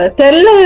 tell